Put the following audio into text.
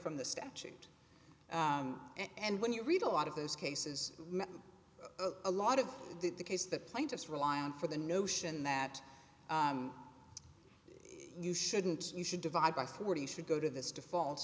from the statute and when you read a lot of those cases a lot of it the case that plaintiffs rely on for the notion that you shouldn't you should divide by forty should go to this default